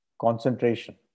concentration